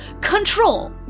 control